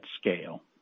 scale